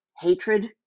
hatred